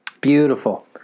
Beautiful